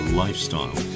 lifestyle